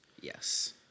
Yes